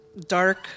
dark